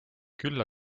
küll